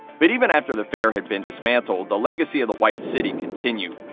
but even after the fair had been dismantled, the legacy of the white city continued.